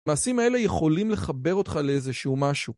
המעשים האלה יכולים לחבר אותך לאיזשהו משהו